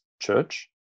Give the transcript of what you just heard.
church